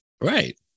Right